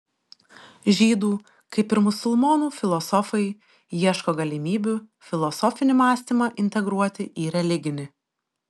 žydų kaip ir musulmonų filosofai ieško galimybių filosofinį mąstymą integruoti į religinį